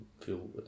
feel